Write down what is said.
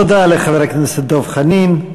תודה לחבר הכנסת דב חנין.